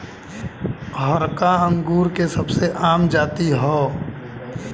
हरका अंगूर के सबसे आम जाति हौ